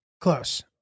Close